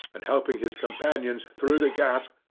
and helping his companions through the gap,